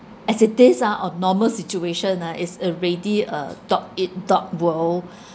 as it is ah or normal situation ah is already a dog eat dog world